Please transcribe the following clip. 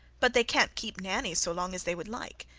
but they can't keep nanny so long as they would like.